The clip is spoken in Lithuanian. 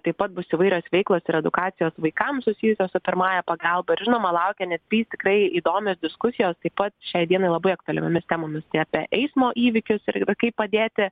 taip pat bus įvairios veiklos ir edukacijos vaikams susijusios su pirmąja pagalba ir žinoma laukia net trys tikrai įdomios diskusijos taip pat šiai dienai labai aktualiomiomis temomis apie eismo įvykius ir kaip padėti